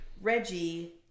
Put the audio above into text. Reggie